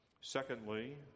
Secondly